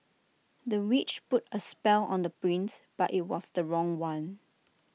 the witch put A spell on the prince but IT was the wrong one